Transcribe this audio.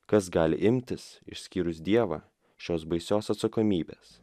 kas gali imtis išskyrus dievą šios baisios atsakomybės